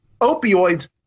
opioids